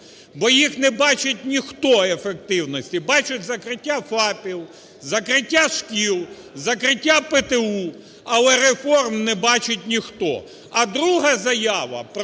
бо їх не бачить ніхто ефективності. Бачать закриття ФАПів, закриття шкіл, закриття ПТУ, але реформ не бачить ніхто. А друга заява